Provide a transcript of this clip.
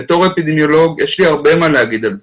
בתור אפידמיולוג יש לי הרבה מה להגיד על זה.